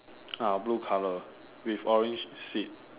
uh blue color with orange seats